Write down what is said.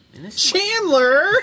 Chandler